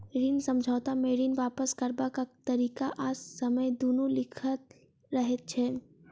ऋण समझौता मे ऋण वापस करबाक तरीका आ समय दुनू लिखल रहैत छै